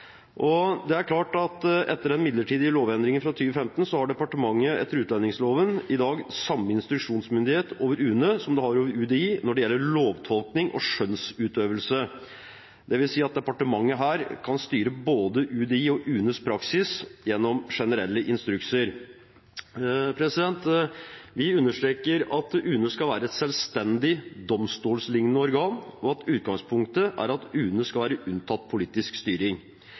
Utlendingsdirektoratet. Det er klart at etter den midlertidige lovendringen fra 2015 har departementet etter utlendingsloven i dag samme instruksjonsmyndighet overfor UNE som det har overfor UDI når det gjelder lovtolkning og skjønnsutøvelse, dvs. at departementet her kan styre både UDIs og UNEs praksis gjennom generelle instrukser. Vi understreker at UNE skal være et selvstendig domstollignende organ, og at utgangspunktet er at UNE skal være unntatt politisk styring.